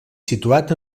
situat